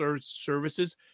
services